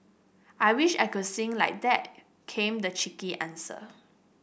I wish I could sing like that came the cheeky answer